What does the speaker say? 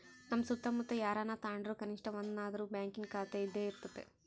ನಮ್ಮ ಸುತ್ತಮುತ್ತ ಯಾರನನ ತಾಂಡ್ರು ಕನಿಷ್ಟ ಒಂದನಾದ್ರು ಬ್ಯಾಂಕಿನ ಖಾತೆಯಿದ್ದೇ ಇರರ್ತತೆ